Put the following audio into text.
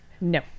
No